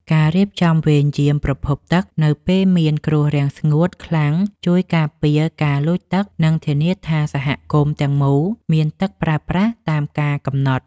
ការរៀបចំវេនយាមប្រភពទឹកនៅពេលមានគ្រោះរាំងស្ងួតខ្លាំងជួយការពារការលួចទឹក និងធានាថាសហគមន៍ទាំងមូលមានទឹកប្រើប្រាស់តាមការកំណត់។